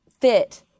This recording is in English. fit